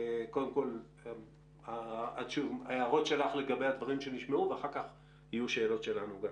קודם כל ההערות שלך לגבי הדברים שנשמעו ואחר כך יהיו שאלות שלנו.